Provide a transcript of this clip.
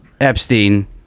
Epstein